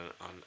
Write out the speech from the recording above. on